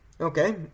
Okay